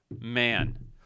man